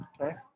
Okay